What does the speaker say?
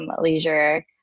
leisure